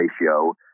ratio